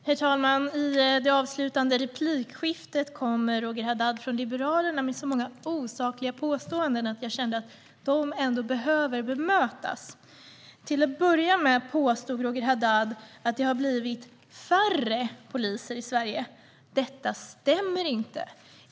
Herr talman! I det avslutande replikskiftet kom Roger Haddad från Liberalerna med så många osakliga påståenden att jag kände att de ändå behöver bemötas. Till att börja med påstod Roger Haddad att det har blivit färre poliser i Sverige. Detta stämmer inte.